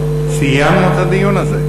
סיימנו את הדיון הזה.